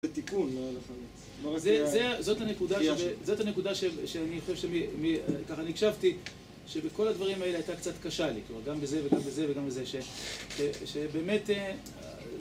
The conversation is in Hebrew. זה תיקון.. זה, זאת הנקודה, זאת הנקודה שאני.. ככה אני הקשבתי, שבכל הדברים האלה הייתה קצת קשה לי, גם בזה וגם בזה וגם בזה, שבאמת...